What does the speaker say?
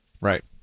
Right